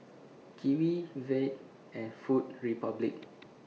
Kiwi Veet and Food Republic